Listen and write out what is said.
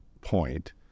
point